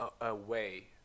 away